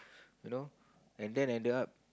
you know and then ended up